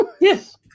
Yes